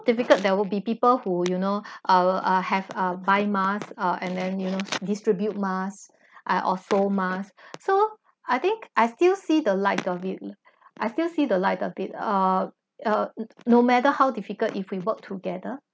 difficult there will be people who you know uh uh have uh buy masks uh and then you know distribute masks ah or sold masks so I think I still see the light of it I still see the light of it err uh no matter how difficult if we work together